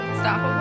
stop